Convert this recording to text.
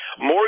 more